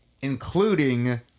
including